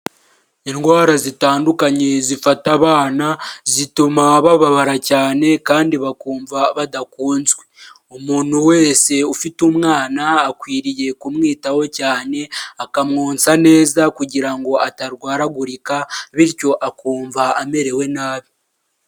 Indwara zitandukanye zifata abana, zituma bababara cyane kandi bakumva badakunzwe, umuntu wese ufite umwana akwiriye kumwitaho cyane, akamwonsa neza kugira ngo atarwaragurika bityo akumva amerewe nabi.